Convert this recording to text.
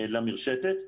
למרשתת.